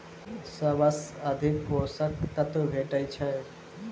सबसँ अधिक पोसक तत्व भेटय छै?